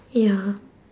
ya